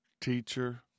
teacher